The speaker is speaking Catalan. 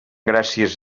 gràcies